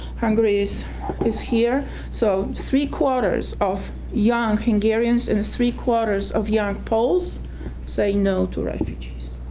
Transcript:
hungary is is here so three-quarters of young hungarians and three-quarters of young poles say no to refugees.